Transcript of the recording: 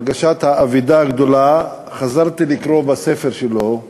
הרגשת האבדה הגדולה, חזרתי לקרוא בספר שלו,